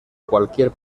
cualquier